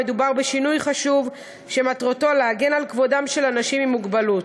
מדובר בשינוי חשוב שמטרתו להגן על כבודם של אנשים עם מוגבלות.